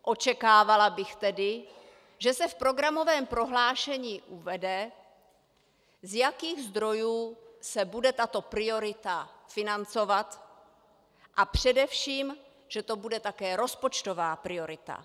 Očekávala bych tedy, že se v programovém prohlášení uvede, z jakých zdrojů se bude tato priorita financovat, a především, že to bude také rozpočtová priorita.